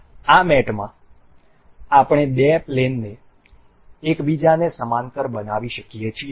આ મેટમાં આપણે બે પ્લેન ને એકબીજા સાથે સમાંતર બનાવી શકીએ છીએ